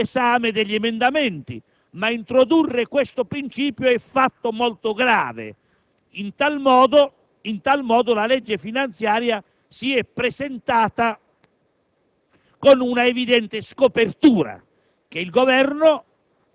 ha espunto il miliardo ed utilizzato il saldo prima dell'esame degli emendamenti, ma l'introduzione di questo principio è un fatto molto grave. In tal modo la legge finanziaria si è presentata